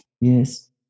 Yes